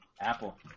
Apple